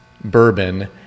bourbon